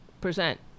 Percent